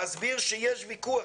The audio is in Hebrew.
להסביר שיש ויכוח,